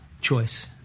Choice